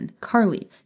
Carly